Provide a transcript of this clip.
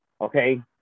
okay